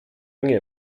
nie